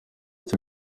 cyo